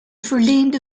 verleende